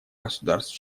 государств